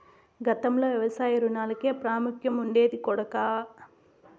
గతంలో వ్యవసాయ రుణాలకే ప్రాముఖ్యం ఉండేది కొడకా